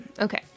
Okay